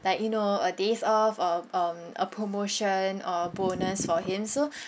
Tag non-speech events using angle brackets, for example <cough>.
like you know a days off or um a promotion or bonus for him so <breath>